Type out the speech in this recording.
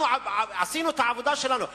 אנחנו עשינו את העבודה שלנו.